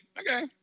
Okay